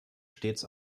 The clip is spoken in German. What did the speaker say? stets